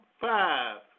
five